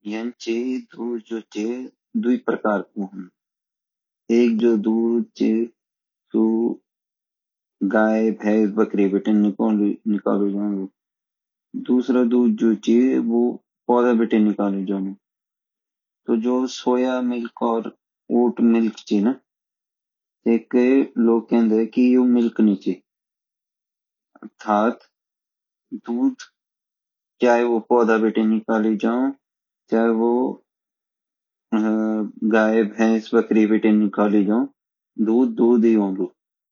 यें ची दूध जो ची द्वि प्रकार का होन्दु एक जो दूध ची जो गाय भैस बकरी बितान निकलडू दूसरा दूध जो ची वो पोधो बितान निकलू जांदू तो जो सोया मिल्क और ओट मिल्क जोची न तो लोग ये केंदा की यु मिल्क नी ची अर्थात दूध चाहे पौधा बितान निकली जों चाहे वि गाय भैस बकरी बितान निकली जो दूध दूध ही होन्दु